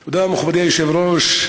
תודה, מכובדי היושב-ראש.